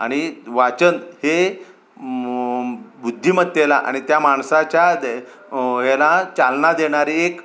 आणि वाचन हे म बुद्धिमत्तेला आणि त्या माणसाच्या द हेला चालना देणारी एक